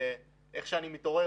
ואיך שאני מתעורר,